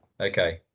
okay